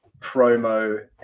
promo